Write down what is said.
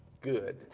Good